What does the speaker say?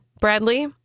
Bradley